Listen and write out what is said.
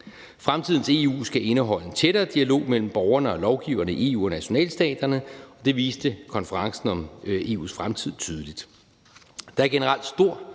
Fremtidens EU skal indeholde en tættere dialog mellem borgerne og lovgiverne i EU og nationalstaterne, og det viste konferencen om EU fremtid tydeligt. Der er generelt stor